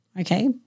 Okay